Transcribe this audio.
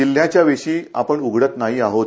जिल्ह्याच्या वेशी आपण उघडत नाही आहोत